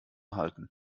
halten